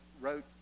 wrote